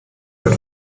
wird